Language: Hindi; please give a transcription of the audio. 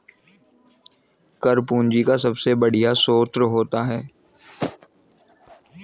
कर पूंजी का सबसे बढ़िया स्रोत होता है